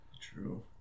True